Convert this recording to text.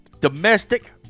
domestic